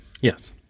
yes